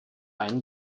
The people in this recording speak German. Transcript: einen